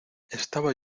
estaba